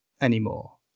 anymore